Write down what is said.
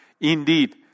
Indeed